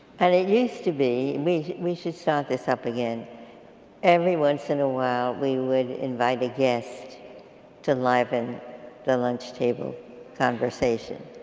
and it used to be, we we should start this up again every once in a while, we would invite a guest to liven the lunch table conversation.